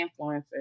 influencers